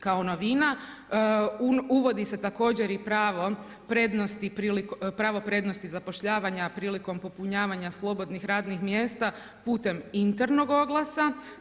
Kao novina, uvodi se također i pravo prednosti, pravo prednosti zapošljavanja prilikom popunjavanja slobodnih radnih mjesta putem internog oglasa.